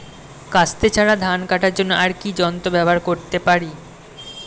কাস্তে ছাড়া ধান কাটার জন্য আর কি যন্ত্র ব্যবহার করতে পারি?